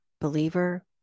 believer